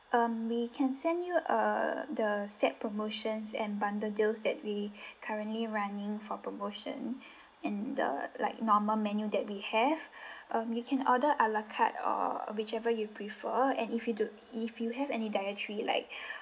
um we can send you err the set promotions and bundle deals that we currently running for promotion and the like normal menu that we have um you can order a la carte or whichever you prefer and if you do if you have any dietary like